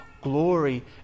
glory